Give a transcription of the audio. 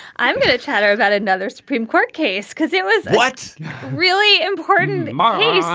i'm going to chatter about another supreme court case, because it was what's really important in my case.